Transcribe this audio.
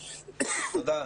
תודה.